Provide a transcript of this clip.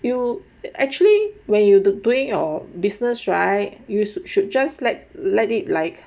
you actually when you doing your business right you should just like let it like